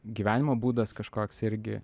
gyvenimo būdas kažkoks irgi